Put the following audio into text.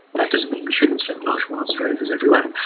that doesn't mean we shouldn't send large mars rovers everywhere,